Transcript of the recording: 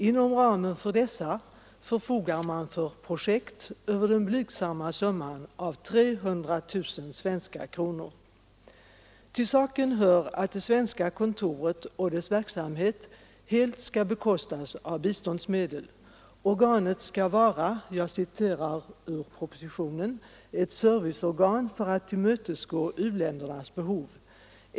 Inom denna ram förfogar man för projekt över den blygsamma summan av 300 000 svenska kronor. Till saken hör också att det svenska kontoret och dess verksamhet helt skall bekostas av biståndsmedel. Organet skall enligt propositionen vara ”ett serviceorgan för att tillmötesgå u-ländernas behov.